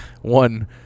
one